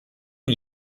bei